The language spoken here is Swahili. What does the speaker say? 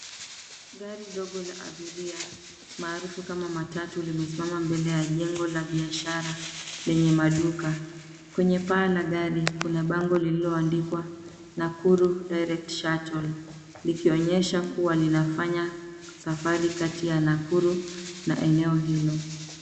Gari dogo la abiria maarufu kama matatu limesimama mbele ya jengo la biashara lenye maduka. Kwenye paa la gari kuna bango lililoandikwa Nakuru Direct Shuttle likionyesha kuwa linafanya safari kati ya Nakuru na eneo hilo.